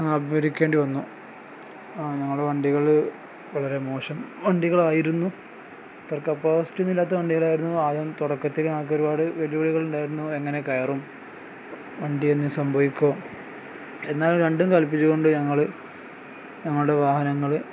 അഭിമുഖീകരിക്കേണ്ടി വന്നു ആ ഞങ്ങളുടെ വണ്ടികൾ വളരെ മോശം വണ്ടികളായിരുന്നു ഇത്ര ക്കപ്പസിറ്റി തന്നെ ഇല്ലാത്ത വണ്ടികളായിരുന്നു ആദ്യം തുടക്കത്തിൽ ആക്കി ഒരുപാട് വെല്ലുവിളികളുണ്ടായിരുന്നു എങ്ങനെ കയറും വണ്ടി എന്ന് സംഭവിക്കുമോ എന്നാൽ രണ്ടും കൽപ്പിച്ചുകൊണ്ട് ഞങ്ങൾ ഞങ്ങളുടെ വാഹനങ്ങൾ